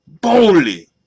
Boldly